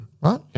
right